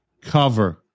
cover